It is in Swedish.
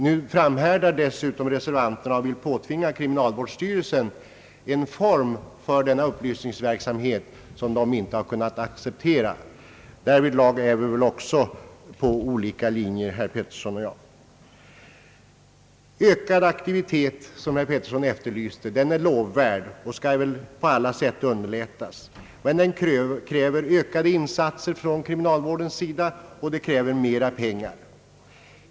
Nu framhärdar reservanterna och vill påtvinga kriminalvårdsstyrelsen en form för denna upplysningsverksamhet, som styrelsen inte har kunnat acceptera. även därvidlag är väl herr Peterson och jag på olika linjer. Ökad aktivitet, som herr Peterson efterlyste, är lovvärd och skall på alla sätt underlättas, men den kräver ökade insatser från kriminalvårdens sida, och detta i sin tur kräver mer pengar.